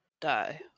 die